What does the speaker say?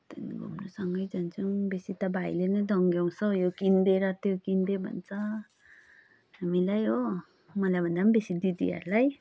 त्यहाँदेखि घुम्न सँगै जान्छौँ बेसि त भाइले नै दङ्गयाउँछ यो किन्दे र त्यो किन्दे भन्छ हामीलाई हो मलाईभन्दा पनि बेसि दिदीहरूलाई